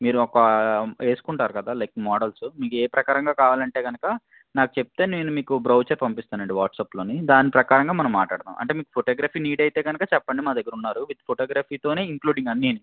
మీరు ఒక వేసుకుంటారు కదా లైక్ మోడల్సు మీకు ఏ ప్రకారంగా కావాలి అంటే కనుక నాకు చెప్తే నేను మీకు బ్రౌచర్ పంపిస్తాను అండి వాట్సాప్లోని దాని ప్రకారంగా మనం మాట్లాడదాము అంటే మీకు ఫోటోగ్రఫీ నీడ్ అయితే కనుక చెప్పండి మా దగ్గర ఉన్నారు విత్ ఫోటోగ్రఫీతోనే ఇంక్లూడింగ్ అన్నీని